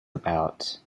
about